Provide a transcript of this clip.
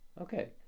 Okay